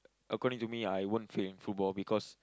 according to me I won't fail in football because